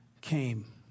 came